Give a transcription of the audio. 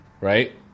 right